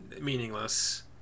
meaningless